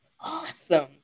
Awesome